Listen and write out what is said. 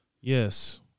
Yes